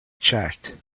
checked